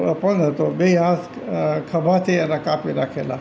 અપંગ હતો બેય હાથ ખભાથી એના કાપી નાખેલા